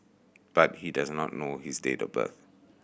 but he does not know his date of birth